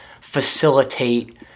facilitate